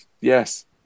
Yes